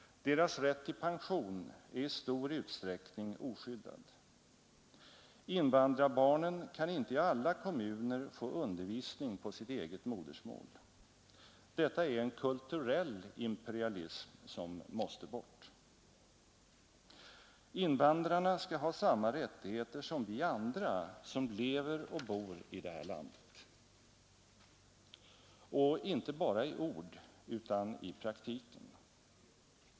Deras rätt till pension är i stor utsträckning oskyddad. Invandrarbarnen kan inte i alla kommuner få undervisning på sitt eget modersmål. Detta är en kulturell imperialism som måste bort. Invandrarna skall ha samma rättigheter som vi andra som lever och bor i detta land, och inte bara i ord utan i praktiken.